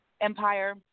Empire